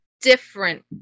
different